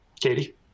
Katie